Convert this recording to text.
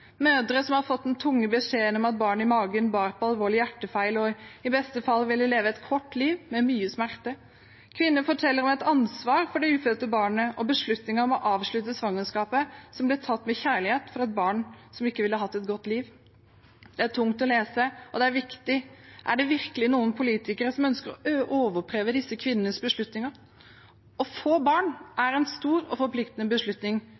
mødre som har fått den tunge beskjeden om at barnet i magen bar på en alvorlig hjertefeil, og i beste fall ville leve et kort liv med mye smerte. Kvinner forteller om et ansvar for det ufødte barnet og beslutningen om å avslutte svangerskapet som ble tatt med kjærlighet for et barn som ikke ville hatt et godt liv. Det er tungt å lese, og det er viktig. Er det virkelig noen politikere som ønsker å overprøve disse kvinnenes beslutninger? Å få barn er en stor og forpliktende beslutning.